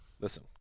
listen